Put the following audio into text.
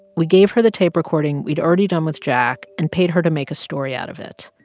we gave her the tape recording we'd already done with jack and paid her to make a story out of it.